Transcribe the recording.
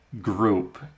group